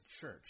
church